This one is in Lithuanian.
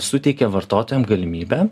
suteikė vartotojam galimybę